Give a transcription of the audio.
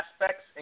aspects